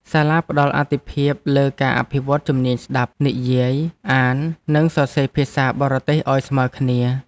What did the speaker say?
សាលាផ្តល់អាទិភាពលើការអភិវឌ្ឍជំនាញស្តាប់ និយាយ អាន និងសរសេរភាសាបរទេសឱ្យស្មើគ្នា។